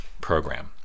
program